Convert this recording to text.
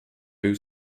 był